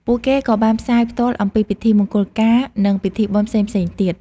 ពួកគេក៏បានផ្សាយផ្ទាល់អំពីពិធីមង្គលការនិងពិធីបុណ្យផ្សេងៗទៀត។